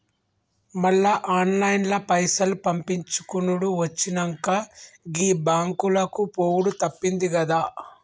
మళ్ల ఆన్లైన్ల పైసలు పంపిచ్చుకునుడు వచ్చినంక, గీ బాంకులకు పోవుడు తప్పిందిగదా